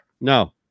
No